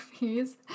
movies